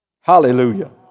Hallelujah